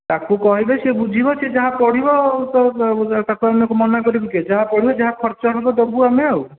ତାକୁ କହିବେ ସେ ଯାହା ବୁଝିବ ସେ ଯାହା ପଢ଼ିବ ଆଉ କ'ଣ ତାକୁ ଆମେ କ'ଣ ମନାକରିବୁ କି ଯାହା ପଢ଼ିବ ଯାହା ଖର୍ଚ୍ଚ ହବ ଦୋବୁ ଆମେ ଆଉ